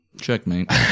Checkmate